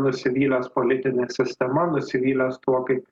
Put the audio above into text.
nusivylęs politine sistema nusivylęs tuo kaip